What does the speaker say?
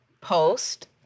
Post